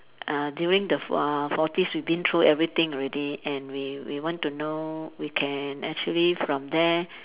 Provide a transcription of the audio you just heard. uh during the uh forties we been through everything already and we we want to know we can actually from there